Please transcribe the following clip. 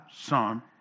Son